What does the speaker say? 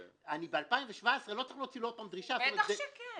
אז ב-2017 אני לא צריך להוציא לו עוד פעם דרישה --- בטח שכן.